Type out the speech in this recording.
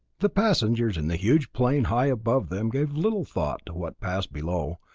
the passengers in the huge plane high above them gave little thought to what passed below,